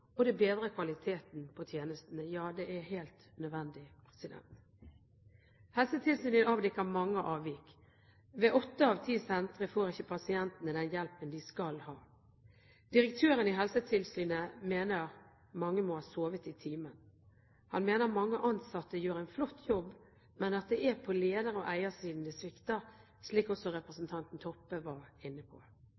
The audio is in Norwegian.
og det bedrer kvaliteten på tjenestene. Ja, det er helt nødvendig. Helsetilsynet avdekker mange avvik. Ved åtte av ti sentre får ikke pasientene den hjelpen de skal ha. Direktøren i Helsetilsynet mener at mange må ha sovet i timen. Han mener at mange ansatte gjør en flott jobb, men at det er på leder- og eiersiden det svikter, slik også